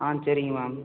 ஆ சரிங்க மேம்